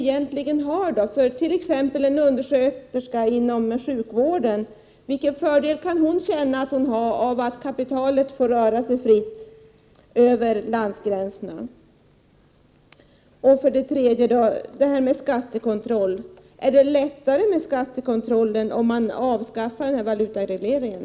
Vilken fördel kan t.ex. en undersköterska inom sjukvården känna av att kapitalet får röra sig fritt över landets gränser? Beträffande skattekontrollen: Är det lättare med skattekontrollen om man avskaffar valutaregleringen?